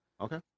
Okay